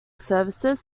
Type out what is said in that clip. services